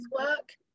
work